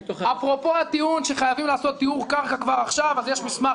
אפרופו הטיעון שחייבים לעשות טיהור קרקע כבר עכשיו אז יש מסמך